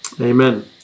Amen